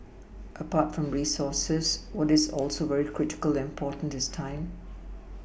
apart from resources what is also very critical and important is time